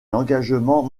l’engagement